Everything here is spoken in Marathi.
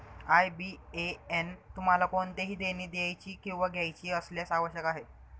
आय.बी.ए.एन तुम्हाला कोणतेही देणी द्यायची किंवा घ्यायची असल्यास आवश्यक आहे